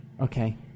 Okay